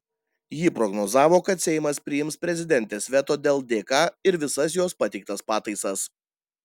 ji prognozavo kad seimas priims prezidentės veto dėl dk ir visas jos pateiktas pataisas